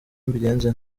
mbigenze